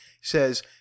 says